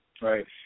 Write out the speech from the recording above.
Right